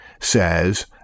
says